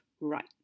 right